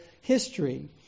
history